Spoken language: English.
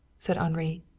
said henri.